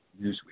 Newsweek